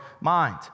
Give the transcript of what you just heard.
mind